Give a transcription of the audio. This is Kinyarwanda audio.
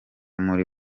muri